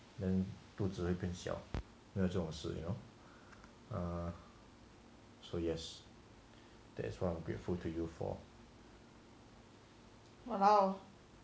then 肚子会变小没有这种事 err so yes that's what I'm grateful to you for